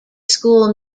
school